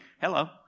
hello